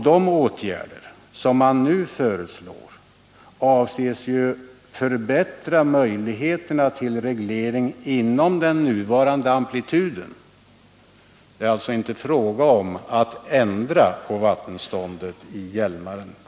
De åtgärder som man nu föreslår är ju avsedda att förbättra möjligheterna till reglering inom den nuvarande amplituden. Det är alltså inte fråga om att kontinuerligt ändra på vattenståndet i Hjälmaren.